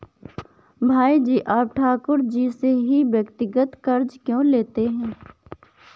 भाई जी आप ठाकुर जी से ही व्यक्तिगत कर्ज क्यों लेते हैं?